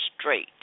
straight